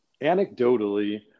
anecdotally